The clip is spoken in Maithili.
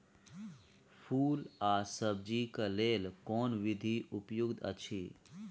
फूल आ सब्जीक लेल कोन विधी उपयुक्त अछि?